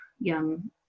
young